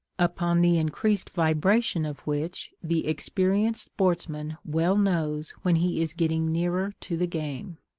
upon the increased vibration of which the experienced sportsman well knows when he is getting nearer to the game.